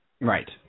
Right